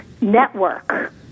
Network